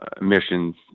emissions